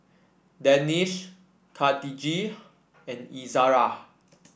Danish Khatijah and Izara